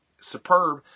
superb